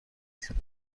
فیسبوک